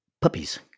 puppies